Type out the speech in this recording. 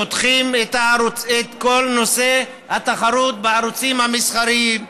פותחים את כל נושא התחרות בערוצים המסחריים.